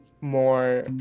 more